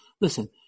listen